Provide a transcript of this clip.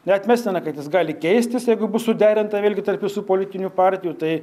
neatmestina kad jis gali keistis jeigu bus suderinta vėlgi tarp visų politinių partijų tai